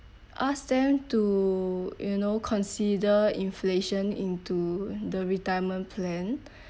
ask them to you know consider inflation into the retirement plan